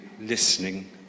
listening